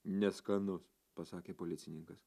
neskanus pasakė policininkas